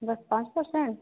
बस पाँच पर्सेन्ट